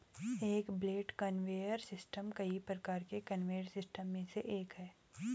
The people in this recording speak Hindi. एक बेल्ट कन्वेयर सिस्टम कई प्रकार के कन्वेयर सिस्टम में से एक है